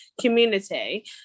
community